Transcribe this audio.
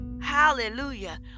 Hallelujah